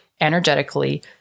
Energetically